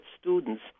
students